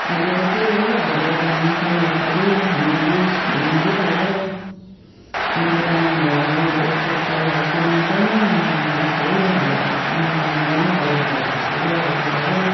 अहिले त त्यही हो अहिलेको डान्सै नेपाली इङ्ग्लिस हिन्दी त हो अरू त नानीहरू अहिले उहिलेको जस्तो पहिलाको जस्तो नाच्दैन मारुनी डान्सहरू अहिले त मन पराउँदैन पहिलाकोले अहिलेकोले